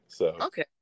Okay